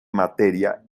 materia